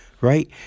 right